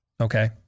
Okay